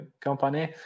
company